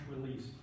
release